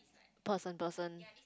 person person